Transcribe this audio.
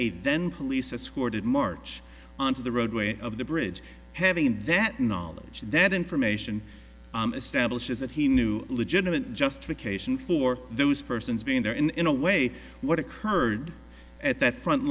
eight then police escorted march onto the roadway of the bridge having that knowledge that information establishes that he knew legitimate justification for those persons being there in a way what occurred at that front